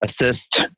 assist